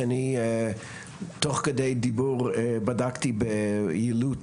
שאני תוך כדי דיבור בדקתי ביעילות